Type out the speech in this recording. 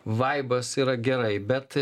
vaibas yra gerai bet